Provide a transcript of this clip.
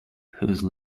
whose